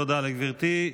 תודה לגברתי.